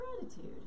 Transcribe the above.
gratitude